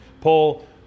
Paul